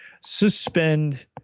suspend